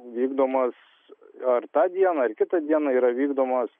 vykdomas ar tą dieną ar kitą dieną yra vykdomas